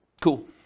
Cool